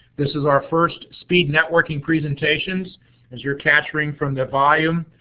this is our first speed networking presentations as you're capturing from the volume,